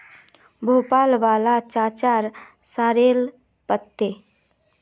भोपाल वाला चाचार सॉरेल पत्ते